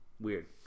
Weird